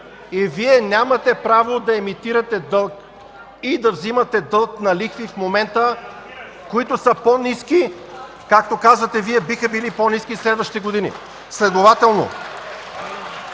и Вие нямате право да емитирате дълг и да взимате дълг на лихви в момента, които са по-ниски, както казвате Вие, биха били по-ниски следващите години. (Силен